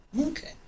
okay